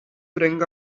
bring